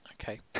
Okay